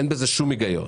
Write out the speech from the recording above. אין בזה שום היגיון.